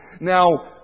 Now